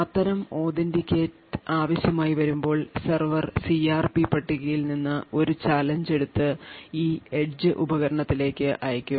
അത്തരം authenticate ആവശ്യമായി വരുമ്പോൾ സെർവർ CRP പട്ടികയിൽ നിന്ന് ഒരു ചാലഞ്ച് എടുത്ത് ഈ എഡ്ജ് ഉപകരണത്തിലേക്ക് അയയ്ക്കും